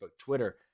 Twitter